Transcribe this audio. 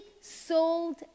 sold